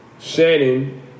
Shannon